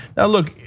now, look,